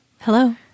Hello